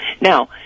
Now